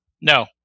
No